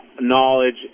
knowledge